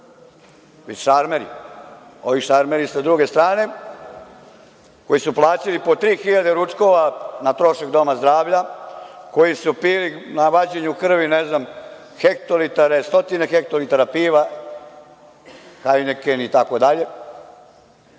već šarmeri. Ovi šarmeri sa druge strane, koji su platili po tri hiljade ručkova na trošak doma zdravlja, koji su pili na vađenju krvi hektolitare, stotine hektolitara piva, Hajneken itd, i ja